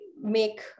make